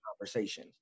conversation